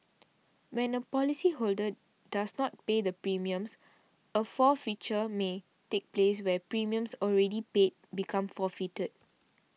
when a policyholder does not pay the premiums a forfeiture may take place where premiums already paid become forfeited